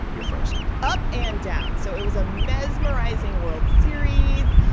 you're first up and down. so it was a mesmerizing world series.